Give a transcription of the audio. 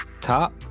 top